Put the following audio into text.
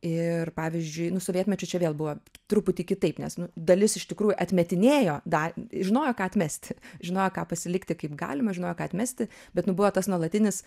ir pavyzdžiui nu sovietmečiu čia vėl buvo truputį kitaip nes nu dalis iš tikrųjų atmetinėjo da žinojo ką atmesti žinojo ką pasilikti kaip galima žinojo ką atmesti bet nu buvo tas nuolatinis